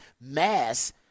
mass